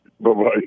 Bye-bye